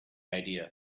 idea